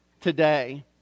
today